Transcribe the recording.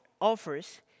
offers